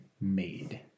made